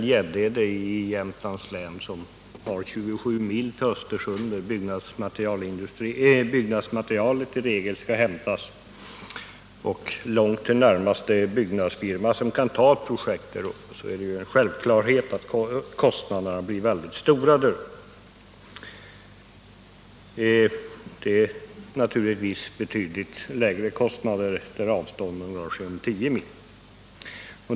på Gäddede i Jämtlands län, som har 27 mil till Östersjökusten, där byggnadsmaterialet i regel skall hämtas, och långt till närmaste byggnadsfirma som kan ta ett projekt där uppe, är det en självklarhet att kostnaderna blir mycket stora där. De blir naturligtvis betydligt lägre där avståndet rör sig om 10 mil.